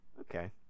okay